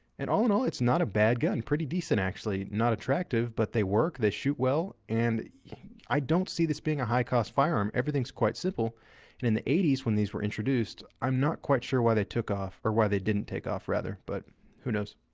and all in all, it's not a bad gun. pretty decent actually. not attractive, but they work. they shoot well, and i don't see this being a high cost firearm. everything's quite simple. and in the eighty s when these were introduced, i'm not quite sure why they took off or why they didn't take off rather, but who knows?